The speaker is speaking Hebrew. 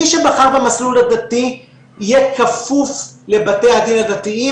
ומי שבחר במסלול הדתי יהיה כפוף לבתי הדין הדתיים,